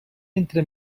entre